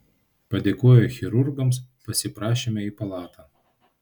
padėkoję chirurgams pasiprašėme į palatą